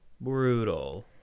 Brutal